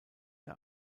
der